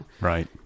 right